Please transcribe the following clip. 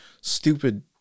stupid